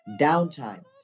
downtime